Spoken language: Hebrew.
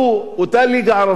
לפני עשר שנים,